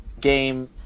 game